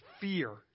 fear